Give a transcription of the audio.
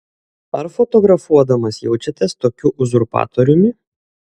ar fotografuodamas jaučiatės tokiu uzurpatoriumi